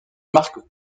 marque